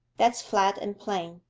that's flat and plain,